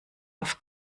auf